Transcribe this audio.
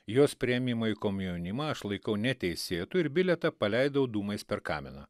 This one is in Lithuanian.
jos priėmimo į komjaunimą aš laikau neteisėtu ir bilietą paleidau dūmais per kaminą